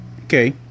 Okay